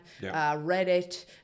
Reddit